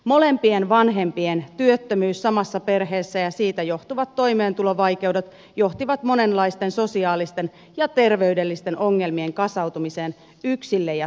molempien vanhempien työttömyys samassa perheessä ja siitä johtuvat toimeentulovaikeudet johtivat monenlaisten sosiaalisten ja terveydellisten ongelmien kasautumiseen yksille ja samoille